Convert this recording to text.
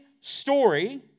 story